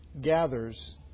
gathers